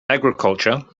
agriculture